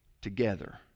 together